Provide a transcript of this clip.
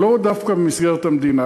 אבל לאו דווקא במסגרת המדינה.